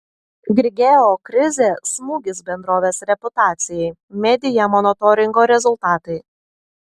grigeo krizė smūgis bendrovės reputacijai media monitoringo rezultatai